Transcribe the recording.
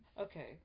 okay